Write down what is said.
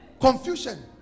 confusion